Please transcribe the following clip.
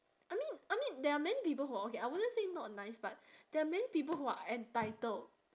I mean I mean there are many people who are okay I wouldn't say not nice but there are many people who are entitled